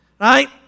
Right